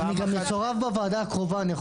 הוא גם יסורב בוועדה הקרובה.